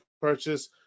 purchase